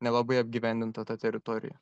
nelabai apgyvendinta ta teritorija